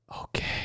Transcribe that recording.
okay